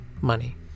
Money